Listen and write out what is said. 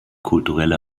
kulturelle